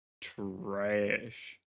trash